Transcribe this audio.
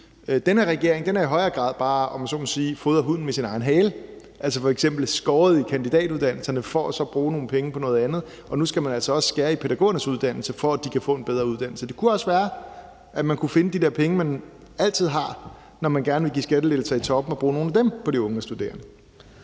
Den her regering har i højere grad bare fodret hunden med sin egen hale, om man så må sige, altså f.eks. ved at skære i kandidatuddannelserne for så bruge nogle penge på noget andet, og nu skal man så også skære i pædagoguddannelsen, for at de kan få en bedre uddannelse. Det kunne også være, at man kunne finde nogle af de penge, man altid har, når man gerne vil give skattelettelser i toppen, og bruge nogle af dem på de unge studerende.